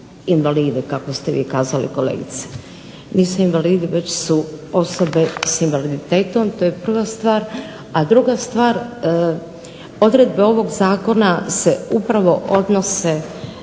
invalide kako ste vi kazali kolegice. Invalidi već su osobe s invaliditetom, to je prva stvar,a druga stvar odredbe ovog Zakona se upravo odnose